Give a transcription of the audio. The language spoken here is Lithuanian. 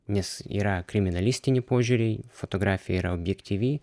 nes yra kriminalistiniai požiūriai fotografija yra objektyvi